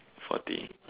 forty